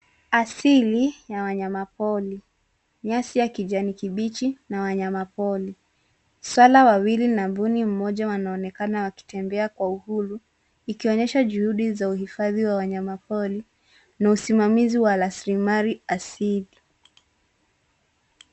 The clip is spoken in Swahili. Asili ya wanyama pori. Nyasi ya kijani kibichi na wanyama pori. Swara wawili na mbuni mmoja wanaonekana wakitembea kwa uhuru, ikionyesha juhudi za uhifadhi wa wanyama pori, na usimamizi wa rasilimali asili.